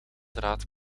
draad